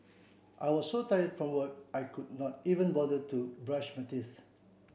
I was so tired from work I could not even bother to brush my teeth